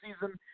season